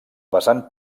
vessant